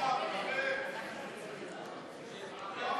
לא,